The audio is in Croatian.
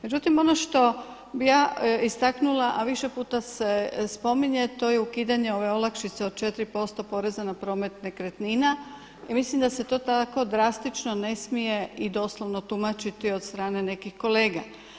Međutim ono što bih ja istaknula, a više puta se spominje, to je ukidanje ove olakšice od 4% poreza na promet nekretnina i mislim da se to tako drastično ne smije i doslovno tumačiti od strane nekih kolega.